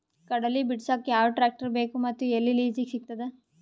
ಕಡಲಿ ಬಿಡಸಕ್ ಯಾವ ಟ್ರ್ಯಾಕ್ಟರ್ ಬೇಕು ಮತ್ತು ಎಲ್ಲಿ ಲಿಜೀಗ ಸಿಗತದ?